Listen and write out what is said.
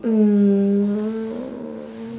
uh